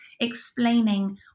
explaining